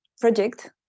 project